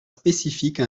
spécifique